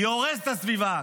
היא הורסת את הסביבה,